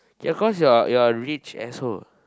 yeah cause you are you are a rich asshole